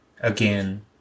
again